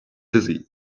dizzy